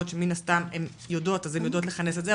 שמן הסתם הן יודעות אז הן יודעות לכנס את זה,